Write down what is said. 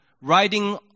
riding